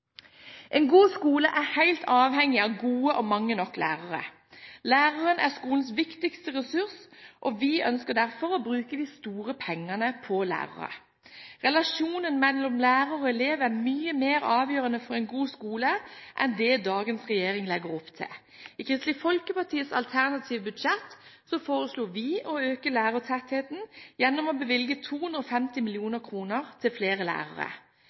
En god skole er helt avhengig av gode og mange nok lærere. Læreren er skolens viktigste ressurs, og vi ønsker derfor å bruke de store pengene på lærerne. Relasjonen mellom lærer og elev er mye mer avgjørende for en god skole enn det dagens regjering legger opp til. I Kristelig Folkepartis alternative budsjett foreslår vi å øke lærertettheten gjennom å bevilge 250 mill. kr til flere lærere.